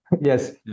yes